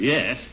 Yes